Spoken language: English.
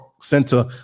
Center